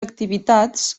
activitats